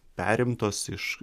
perimtos iš